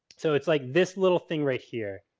so, it's like this little thing right here.